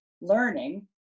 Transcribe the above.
learning